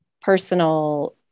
personal